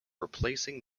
replacing